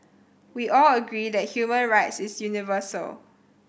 we all agree that human rights is universal